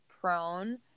prone